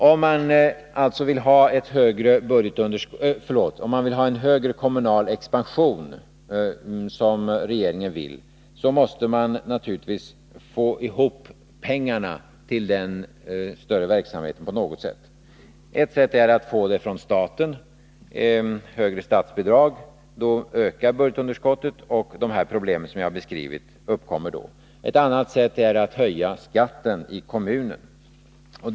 Om man vill ha en högre kommunal expansion, som regeringen vill, måste man naturligtvis få ihop pengarna till den större verksamheten på något sätt. Ett sätt är att få pengarna från staten, högre statsbidrag. Då ökar budgetunderskottet, och de problem som jag beskrivit uppkommer. Ett annat sätt är att höja skatten i kommunerna.